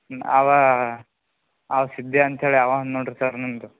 ಅವಾ ಅವ ಸಿದ್ದೆ ಅಂತೇಳಿ ಅವ ಒಂದು ನೋಡಿರಿ ಸರ್ ನಿಮ್ಮದು